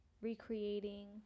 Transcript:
recreating